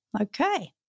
Okay